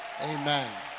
Amen